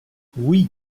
oui